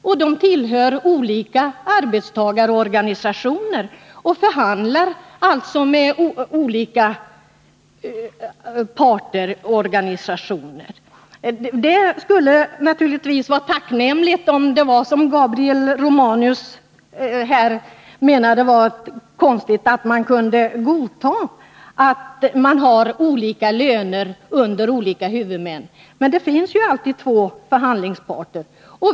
De anställda tillhör olika arbetstagarorganisationer och förhandlingarna sker alltså mellan olika parter och organisationer. Det skulle naturligtvis vara tacknämligt om det verkligen vore så att det uppfattades som konstigt att man har olika löner under olika huvudmän, men det finns ju alltid två förhandlingsparter.